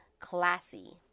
classy